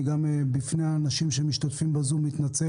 אני מתנצל